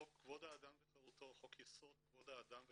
חוק יסוד כבוד האדם וחירותו.